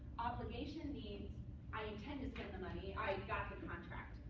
obligation means i intend to spend the money. i got the contract.